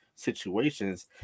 Situations